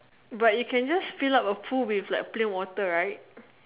but you can just fill up a pool with like plain water right